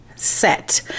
set